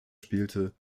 spielte